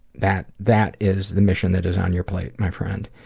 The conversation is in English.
that that is the mission that is on your plate, my friend.